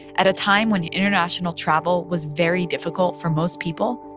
at a time when international travel was very difficult for most people,